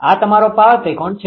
આ તમારો પાવર ત્રિકોણ છે